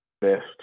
Best